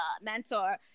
mentor